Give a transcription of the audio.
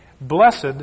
Blessed